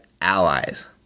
allies